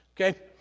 okay